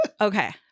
Okay